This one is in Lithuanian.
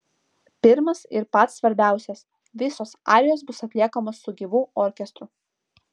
pirmas ir pats svarbiausias visos arijos bus atliekamos su gyvu orkestru